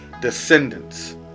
descendants